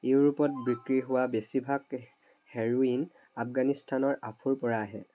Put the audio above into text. ইউৰোপত বিক্ৰী হোৱা বেছিভাগ হেৰোইন আফগানিস্তানৰ আফুৰ পৰা আহে